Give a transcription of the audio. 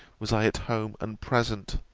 was i at home and present.